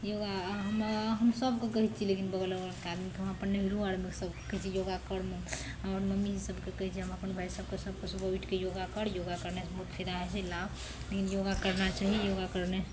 योगा हम हम सबके कहय छियै लेकिन बगल अगलके आदमी हम अपन नैहरो आरमे सबके कहय छियै योगा करने हमर मम्मी सबके कहय छियै हम अपन भाय सबके सबके सुबह उठिके योगा कर योगा करना से बहुत फायदा होइ छै लाभ योगा करना चाही योगा करने